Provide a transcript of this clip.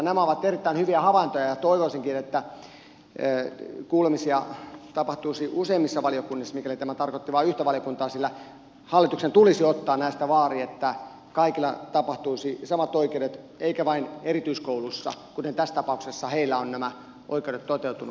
nämä ovat erittäin hyviä havaintoja ja toivoisinkin että kuulemisia tapahtuisi useammissa valiokunnissa mikäli tämä tarkoitti vain yhtä valiokuntaa sillä hallituksen tulisi ottaa näistä vaarin että kaikille tapahtuisi samat oikeudet eikä vain erityiskouluissa kuten tässä tapauksessa niissä ovat nämä oikeudet toteutuneet näiltä osin